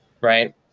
right